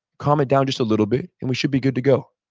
calm it down just a little bit and we should be good to go.